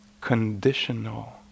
conditional